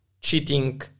Cheating